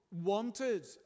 wanted